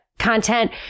Content